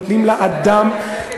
נותנים לאדם,